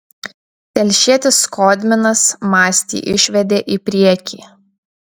telšietis skodminas mastį išvedė į priekį